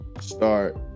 start